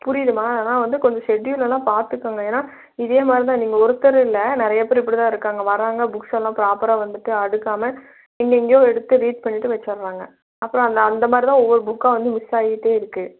புரியுதும்மா ஆனால் வந்து கொஞ்சம் ஷெட்யூலெல்லாம் பார்த்துக்கங்க ஏன்னா இதேமாதிரிதான் நீங்கள் ஒருத்தர் இல்லை நிறையப்பேர் இப்படிதான் இருக்காங்க வர்றாங்க புக்ஸெல்லாம் ப்ராப்பராக வந்துவிட்டு அடுக்காமல் எங்கெங்கேயோ எடுத்து ரீட் பண்ணிவிட்டு வைச்சட்றாங்க அப்றம் அந்த அந்தமாதிரிதான் ஒவ்வொரு புக்கும் வந்து மிஸ் ஆகிட்டே இருக்குது